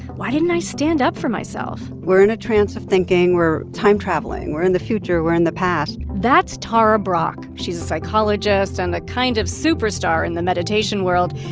why didn't i stand up for myself? we're in a trance of thinking. we're time traveling. we're in the future. we're in the past that's tara brach. she's a psychologist and a kind of superstar in the meditation world.